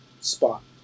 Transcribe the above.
spot